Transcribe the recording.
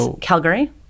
Calgary